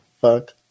fuck